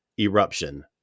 Eruption